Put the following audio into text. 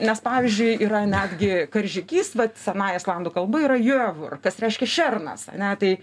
nes pavyzdžiui yra netgi karžygys vat senąja islandų kalba yra jiovur kas reiškia šernas ane tai